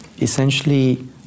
essentially